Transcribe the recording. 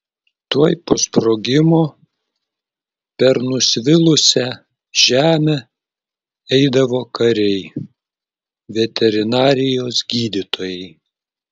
tuoj po sprogimo per nusvilusią žemę eidavo kariai veterinarijos gydytojai